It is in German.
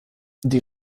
die